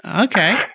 Okay